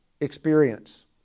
experience